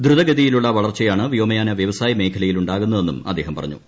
ദ്രുതഗതിയിലുള്ള വളർച്ചയാണ് വ്യോമയാന വൃവസായ മേഖലയിൽ ഉണ്ടാകുന്നതെന്നും അദ്ദേഹം പറഞ്ഞു